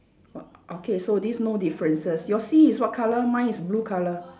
o~ okay so this no differences your sea is what colour mine is blue colour